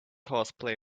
horseplay